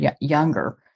younger